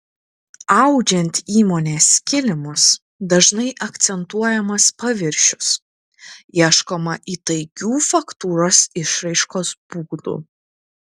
audžiant įmonės kilimus dažnai akcentuojamas paviršius ieškoma įtaigių faktūros išraiškos būdų